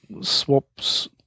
swaps